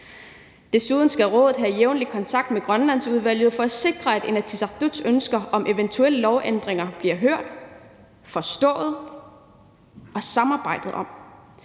Desuden skal rådet have jævnlig kontakt med Grønlandsudvalget for at sikre, at Inatsisartuts ønsker om eventuelle lovændringer bliver hørt, forstået og samarbejdet om,